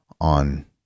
on